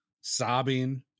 sobbing